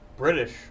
British